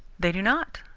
they do not,